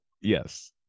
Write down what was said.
Yes